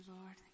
Lord